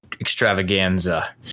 extravaganza